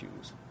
issues